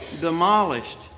demolished